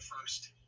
first